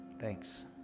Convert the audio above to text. thanks